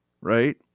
Right